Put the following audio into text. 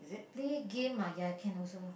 play game ah ya can also